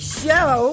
show